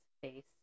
face